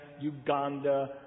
Uganda